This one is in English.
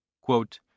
Quote